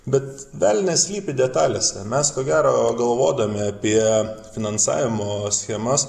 bet velnias slypi detalėse mes ko gero galvodami apie finansavimo schemas